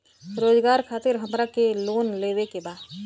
रोजगार खातीर हमरा के लोन लेवे के बा?